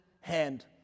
hand